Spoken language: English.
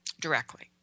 directly